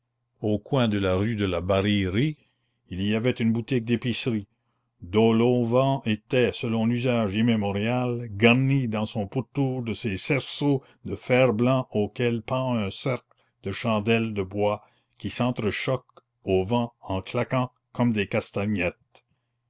au coin de la rue de la barillerie il y avait une boutique d'épicerie dont l'auvent était selon l'usage immémorial garni dans son pourtour de ces cerceaux de fer-blanc auxquels pend un cercle de chandelles de bois qui s'entre-choquent au vent en claquant comme des castagnettes